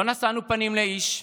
לא נשאנו פנים לאיש,